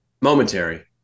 momentary